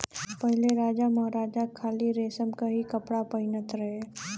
पहिले राजामहाराजा खाली रेशम के ही कपड़ा पहिनत रहे